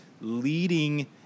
leading